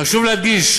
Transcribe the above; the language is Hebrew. חשוב להדגיש,